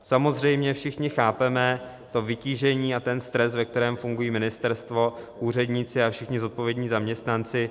Samozřejmě všichni chápeme to vytížení a ten stres, ve kterém funguje ministerstvo, úředníci a všichni zodpovědní zaměstnanci.